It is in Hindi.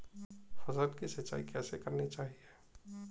फसल की सिंचाई कैसे करनी चाहिए?